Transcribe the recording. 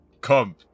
Come